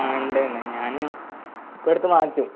ആ ഇണ്ടേന് ഞാനും ഇപ്പോട്ത്ത് വായിച്ചു